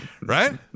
Right